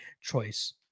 choice